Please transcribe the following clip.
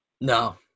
No